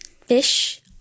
Fish